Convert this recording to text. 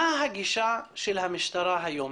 מה הגישה של המשטרה היום?